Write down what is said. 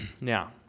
Now